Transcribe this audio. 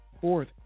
fourth